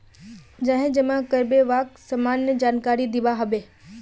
जाहें जमा कारबे वाक सामान्य जानकारी दिबा हबे